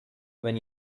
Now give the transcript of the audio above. when